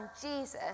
Jesus